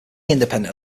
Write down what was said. independent